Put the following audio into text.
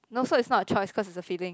no so it's not a choice cause it's a feeling